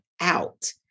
out